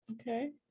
Okay